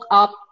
up